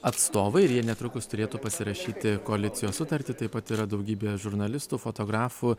atstovai ir jie netrukus turėtų pasirašyti koalicijos sutartį taip pat yra daugybė žurnalistų fotografų